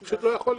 הוא פשוט לא יכול.